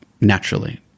naturally